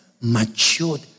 matured